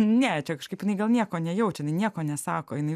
ne čia kažkaip jinai gal nieko nejaučia jinai nieko nesako jinai